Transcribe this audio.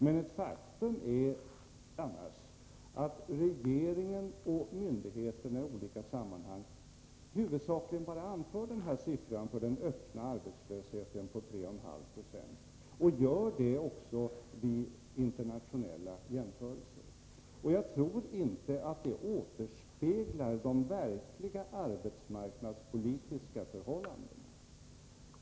Men ett faktum är annars att regeringen och myndigheterna i olika sammanhang huvudsakligen anför siffran för den öppna arbetslösheten på 3,5 90 och gör det också vid internationella jämförelser. Jag tror inte att det återspeglar de verkliga arbetsmarknadspolitiska förhållandena.